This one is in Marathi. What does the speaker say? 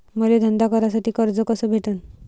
मले धंदा करासाठी कर्ज कस भेटन?